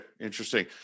Interesting